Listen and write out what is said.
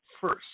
first